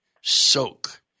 soak